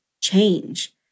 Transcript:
change